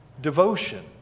devotion